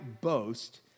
boast